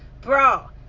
Bro